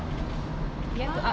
ya